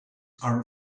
are